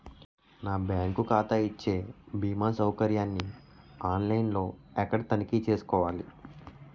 నా బ్యాంకు ఖాతా ఇచ్చే భీమా సౌకర్యాన్ని ఆన్ లైన్ లో ఎక్కడ తనిఖీ చేసుకోవాలి?